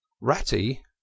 Ratty